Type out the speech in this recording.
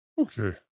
okay